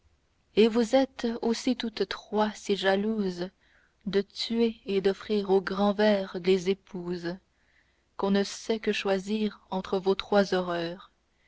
et vous êtes aussi toutes trois si jalouses de tuer et d'offrir au grand ver des épouses qu'on ne sait que choisir entre vos trois horreurs